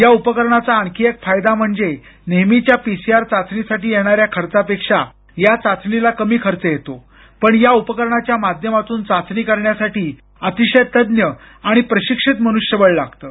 या उपकरणाचा आणखी एक फायदा म्हणजे नेहमीच्या पीसीआर चाचणीसाठी येणाऱ्या खर्चापेक्षा या चाचणीला कमी खर्च येतो पण या उपकरणाच्या माध्यमातून चाचणी करण्यासाठी अतिशय तज् आणि प्रशिक्षित मनृष्यबळ लागतं